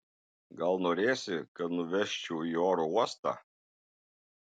gal norėsi kad nuvežčiau į oro uostą